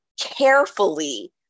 carefully